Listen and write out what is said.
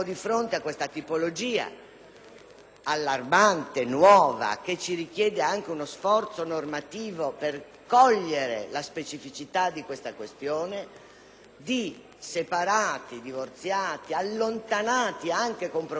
allarmante e nuova, che ci richiede anche uno sforzo normativo per cogliere la specificità della situazione di separati, divorziati, allontanati anche con provvedimento giudiziario, che hanno